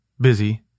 busy